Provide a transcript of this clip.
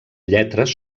lletres